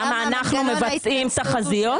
למה אנחנו מבצעים תחזיות?